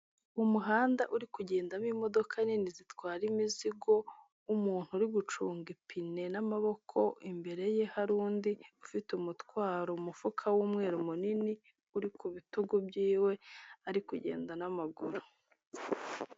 Umuhanda uri kugendamo imodoka nini zitwara imizigo, umuntu uri gucunga ipine n'amaboko imbere ye hari undi ufite umutwaro umufuka w'umweru mu nini uri ku bitugu byiwe, ari kugenda n'amaguru.